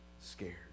scared